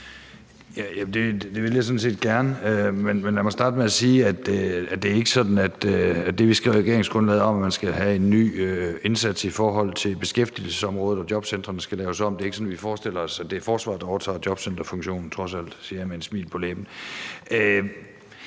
set gerne. Men lad mig starte med at sige, at det ikke er sådan, at vi i forbindelse med det, vi skriver i regeringsgrundlaget om, at man skal have en ny indsats i forhold til beskæftigelsesområdet, og at jobcentrene skal laves om, forestiller os, at det er forsvaret, der overtager jobcenterfunktionen, trods alt ikke, siger jeg med et smil på læben.